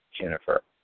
Jennifer